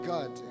God